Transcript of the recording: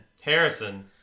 Harrison